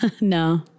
No